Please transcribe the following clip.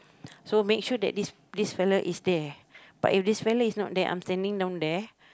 so make sure that this this fella is there but if this fella is not there I'm standing down there